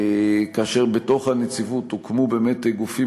כאשר בתוך הנציבות הוקמו באמת גופים